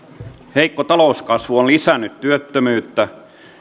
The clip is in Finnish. heikko talouskasvu on lisännyt työttömyyttä